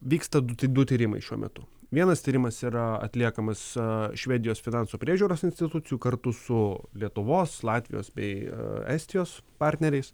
vyksta du tai du tyrimai šiuo metu vienas tyrimas yra atliekamas švedijos finansų priežiūros institucijų kartu su lietuvos latvijos bei estijos partneriais